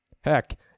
Heck